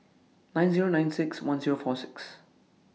nine Zero nine six one Zero four six